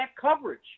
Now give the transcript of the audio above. coverage